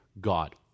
God